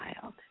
child